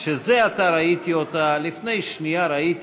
שזה עתה ראיתי אותה, לפני שנייה ראיתי